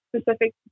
specific